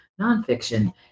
nonfiction